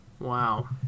Wow